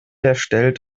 erstellt